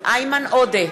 איימן עודה,